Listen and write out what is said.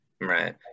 Right